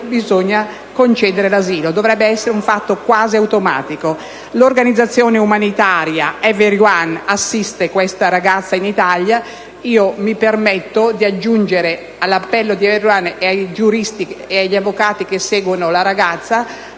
bisogna concedere l'asilo: dovrebbe essere un fatto quasi automatico. L'organizzazione umanitaria EveryOne assiste questa ragazza in Italia. Io mi permetto di aggiungere il mio appello a quello di EveryOne e degli avvocati che seguono questa